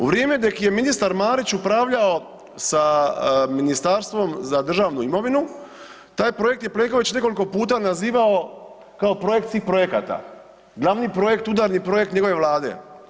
U vrijeme dok je ministar Marić upravljao sa Ministarstvom za državnu imovinu taj projekt je Plenković nekoliko puta nazivao kao projekt svih projekata, glavni projekt, udarni projekt njegove vlade.